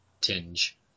tinge